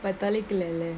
but தொலைக்கலல:tholaikalala